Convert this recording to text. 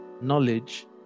knowledge